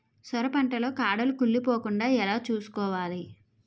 సొర పంట లో కాడలు కుళ్ళి పోకుండా ఎలా చూసుకోవాలి?